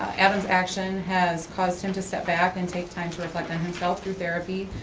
adam's action has caused him to step back and take time to reflect on himself through therapy.